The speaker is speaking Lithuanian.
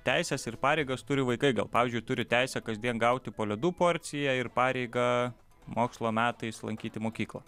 teises ir pareigas turi vaikai gal pavyzdžiui turi teisę kasdien gauti po ledų porciją ir pareigą mokslo metais lankyti mokyklą